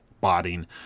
botting